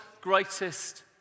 greatest